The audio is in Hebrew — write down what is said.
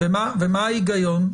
ומה ההיגיון?